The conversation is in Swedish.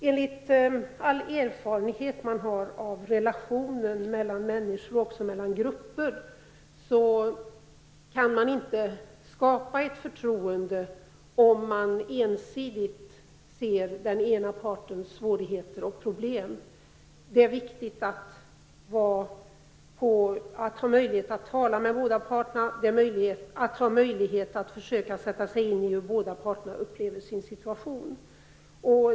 Enligt all erfarenhet som man har av relationer mellan människor och också mellan grupper kan man inte skapa ett förtroende, om man ensidigt ser till den ena partens svårigheter och problem. Det är viktigt att få möjlighet att tala med båda parterna och att försöka sätta sig in i hur båda parterna upplever sin situation.